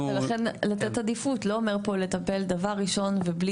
ולכן לתת עדיפות לא אומר פה לטפל דבר ראשון ובלי